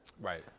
Right